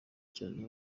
cyane